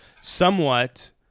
somewhat